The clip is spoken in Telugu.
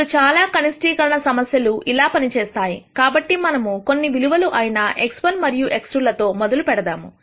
ఇప్పుడు చాలా కనిష్టీకరణ సమస్యలు ఇలా పనిచేస్తాయి కాబట్టి మనము కొన్ని విలువలు అయిన x1 మరియు x2లతో మొదలు పెడదాము